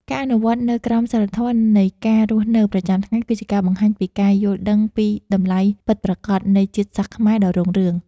ការអនុវត្តនូវក្រមសីលធម៌នៃការរស់នៅប្រចាំថ្ងៃគឺជាការបង្ហាញពីការយល់ដឹងពីតម្លៃពិតប្រាកដនៃជាតិសាសន៍ខ្មែរដ៏រុងរឿង។